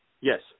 yes